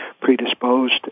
predisposed